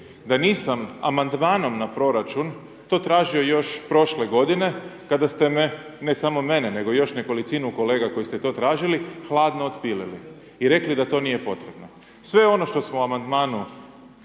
da nisam amandmanom na proračun to tražio još prošle godine, kada ste me, ne samo mene, nego još nekolicinu kolega koji ste to tražili, hladno otpilili. I rekli da to nije potrebno. Sve ono što smo amandmanom